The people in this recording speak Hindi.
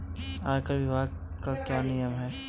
आयकर विभाग के क्या नियम हैं?